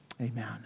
Amen